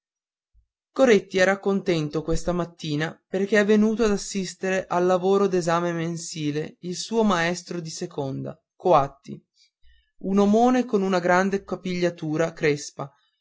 coretti era contento questa mattina perché è venuto ad assistere al lavoro d'esame mensile il suo maestro di seconda coatti un omone con una grande capigliatura crespa